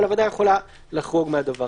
אבל הוועדה יכולה לחרוג מזה.